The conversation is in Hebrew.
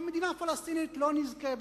שמדינה פלסטינית לא נזכה,